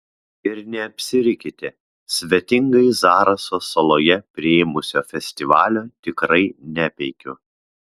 ir neapsirikite svetingai zaraso saloje priėmusio festivalio tikrai nepeikiu